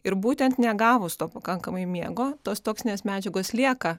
ir būtent negavus to pakankamai miego tos toksinės medžiagos lieka